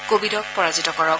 কোৱিডক পৰাজিত কৰক